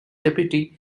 deputy